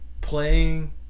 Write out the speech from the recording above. playing